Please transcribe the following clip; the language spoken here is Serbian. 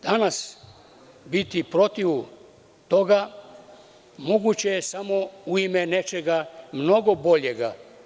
Danas biti protiv toga moguće je samo u ime nečega mnogo boljeg.